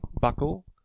buckle